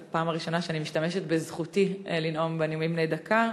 זו הפעם הראשונה שאני משתמשת בזכותי לנאום בנאומים בני דקה,